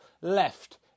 left